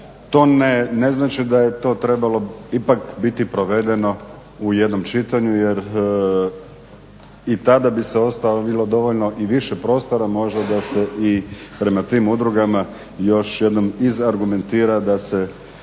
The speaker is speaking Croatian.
to ne znači da je to trebalo ipak biti provedeno u jednom čitanju jer i tada bi se ostavilo i dovoljno i više prostora možda da se i prema tim udrugama još jednom iz argumentira da se